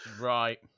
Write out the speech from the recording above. Right